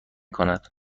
کند